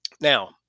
Now